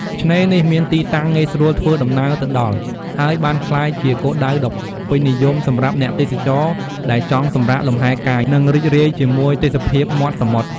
ឆ្នេរនេះមានទីតាំងងាយស្រួលធ្វើដំណើរទៅដល់ ហើយបានក្លាយជាគោលដៅដ៏ពេញនិយមសម្រាប់អ្នកទេសចរដែលចង់សម្រាកលម្ហែកាយ និងរីករាយជាមួយទេសភាពមាត់សមុទ្រ។